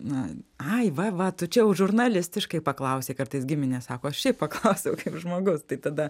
na ai va va tu čia jau žurnalistiškai paklausei kartais giminės sako aš šiaip paklausiau kaip žmogus tai tada